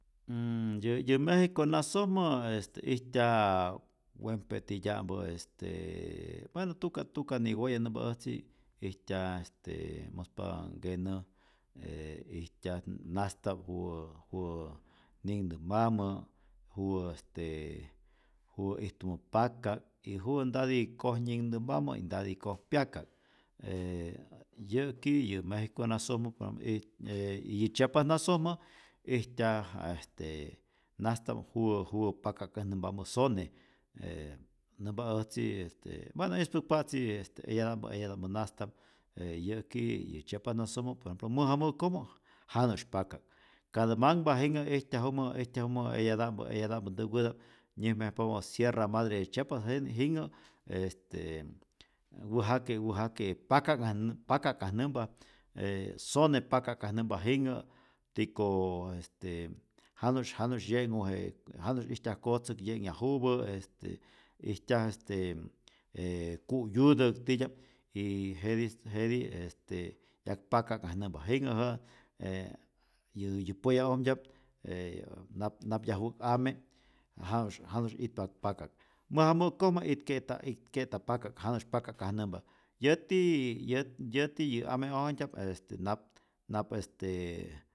Mmmm- yä yä mejiko nasojmä este ijty wempe titya'mpä est bueno tuka tuka niwoya nämpa äjtzi', ijtyaj este muspatä nkenä e ijtyaj nasta'p juwä juwä ninhnämpamä, juwä este juwä ijtumä paka'k y juwä ntati koj nyinhnämpamä y ntati koj pyaka'k, e yä'ki yä mejikonasojmä pam ijt e y yä chiapas nasojmä ijtyaj nasta'p juwä juwä paka'kajnämpamä sone, e nämpa äjtzi este bueno ispäkpatzi eyata'm eyata'mpä nasta'p je yäki yä chiapas nasojmä, por ejemplo mäja mu'kojmä janu'sy paka'k, ka tä manhpa jinhä ijtyajumä ijtyajumä eyata'mpä eyata'mpä ntäwäta'p nyäjmayajpapä sierra madre de chiapas, jen jinhä este wäjake wäjake paka'kajn paka'kajnämpa, e sone paka'kajnämpa jinhä tiko este janu'sy janu'sy 'yenhu je janu'sy ijtyaj kotzäk 'ye'nhyajupä, este ijtyaj este e ku'yu'täk titya'p, y jetij jetij este 'yak paka'kajnämpa, jinhä jä'a e yä yä poya'ojmtya'p e ä nap nap yaju'k ame janu'sy janu'sy itpa paka'k, mäja mu'kojmä itke'ta itke'ta paka'k janu'sy paka'kajnämpa, yäti yät yäti yä ame'ojmtya'p este nap nap estee